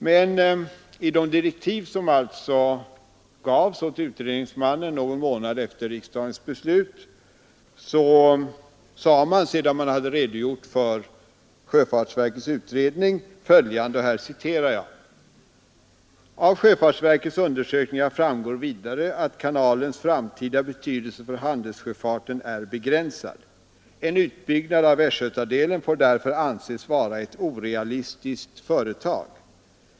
Men i de direktiv som gavs åt utredningsmannen någon månad efter riksdagsbeslutet sade man, sedan man redogjort för sjöfartsverkets utredning, följande: ”Av sjöfartsverkets undersökningar framgår vidare att kanalens framtida betydelse för handelssjöfarten är begränsad. En utbyggnad av västgötadelen får därför anses vara ett orealistiskt företag.